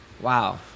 Wow